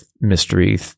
mystery